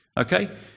Okay